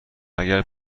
اگر